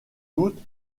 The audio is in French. doute